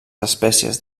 espècies